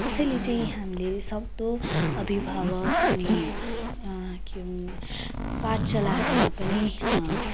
त्यसैले चाहिँ हामीले सक्दो अभिभावक अनि के भन्नु पाठशालाहरूमा पनि